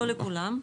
לא לכולם,